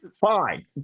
Fine